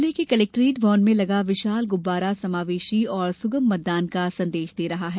जिले के कलेक्ट्रेट भवन में लगा विशाल गुब्बारा समावेशी एवं सुगम मतदान का संदेश दे रहा है